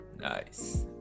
nice